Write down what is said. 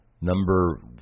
Number